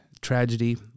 tragedy